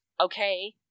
okay